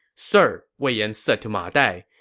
sir, wei yan said to ma dai,